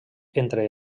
entre